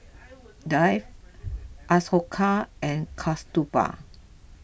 Dev Ashoka and Kasturba